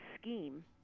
scheme